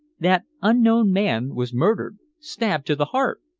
that unknown man was murdered stabbed to the heart.